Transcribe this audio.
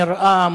נראה,